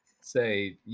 say